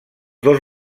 dos